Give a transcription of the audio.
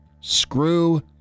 Screw